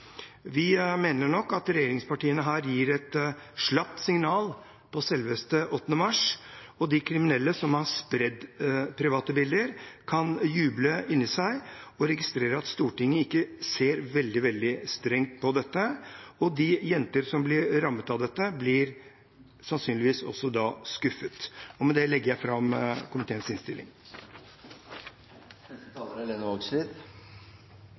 Vi mener nok at regjeringspartiene her gir et slapt signal på selveste 8. mars, og de kriminelle som har spredd private bilder, kan juble inni seg og registrere at Stortinget ikke ser veldig, veldig strengt på dette. Og de jenter som blir rammet av dette, blir sannsynligvis også da skuffet. Med dette legger jeg fram komiteens innstilling. Eg vil starte med å gratulere alle damer med dagen. Det er